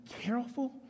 careful